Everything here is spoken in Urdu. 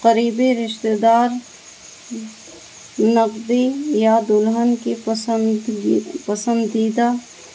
قریبی رشتتے دار نقدی یا دلہن کی پسند پسندیدہ